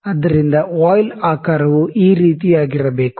ಆದ್ದರಿಂದ ವಾಯ್ಲ್ ಆಕಾರವು ಈ ರೀತಿಯಾಗಿರಬೇಕು